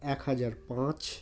এক হাজার পাঁচ